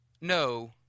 no